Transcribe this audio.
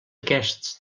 aquests